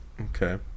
Okay